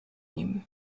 nim